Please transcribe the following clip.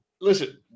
listen